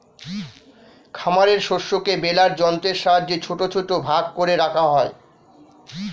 খামারের শস্যকে বেলার যন্ত্রের সাহায্যে ছোট ছোট ভাগ করে রাখা হয়